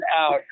out